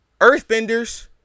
Earthbenders